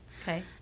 okay